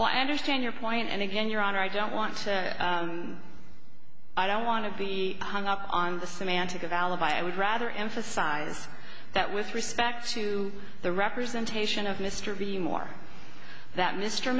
but i understand your point and again your honor i don't want to i don't want to be hung up on the semantic of alibi i would rather emphasize that with respect to the representation of mr b more that mr